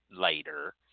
later